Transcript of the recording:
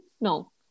No